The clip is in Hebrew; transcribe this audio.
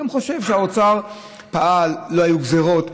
אני חושב שהאוצר פעל לא היו גזרות.